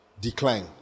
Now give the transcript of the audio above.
decline